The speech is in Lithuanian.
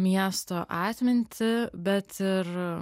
miesto atmintį bet ir